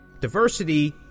diversity